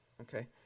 okay